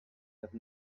have